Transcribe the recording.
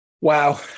Wow